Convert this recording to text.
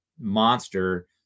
monster